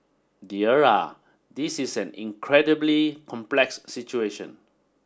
dear ah this is an incredibly complex situation